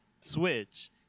Switch